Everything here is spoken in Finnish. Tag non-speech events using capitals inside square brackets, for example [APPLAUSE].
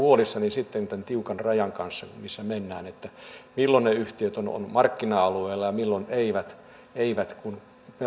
[UNINTELLIGIBLE] huolissani tämän tiukan rajan kanssa missä mennään että milloin ne yhtiöt ovat markkina alueella ja milloin eivät eivät kun